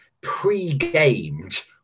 pre-gamed